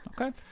Okay